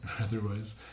otherwise